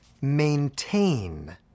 maintain